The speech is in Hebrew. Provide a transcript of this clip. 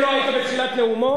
אם לא היית בתחילת נאומו,